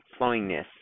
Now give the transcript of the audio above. flowingness